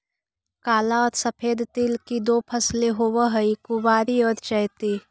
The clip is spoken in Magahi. काला और सफेद तिल की दो फसलें होवअ हई कुवारी और चैती